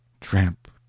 tramp